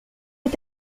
est